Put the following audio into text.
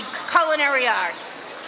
culinary arts.